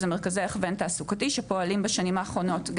מרכזי הכוון תעסוקתי שפועלים בשנים האחרונות.